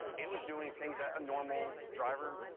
it was doing things that a normal driver,